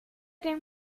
dem